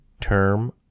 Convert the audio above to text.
Term